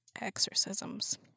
exorcisms